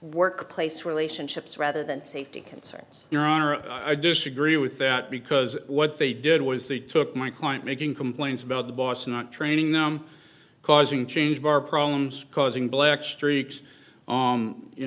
workplace relationships rather than safety concerns your honor i disagree with that because what they did was they took my client making complaints about the boss not training them causing change bar problems causing black streaks